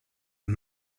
and